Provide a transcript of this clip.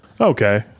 Okay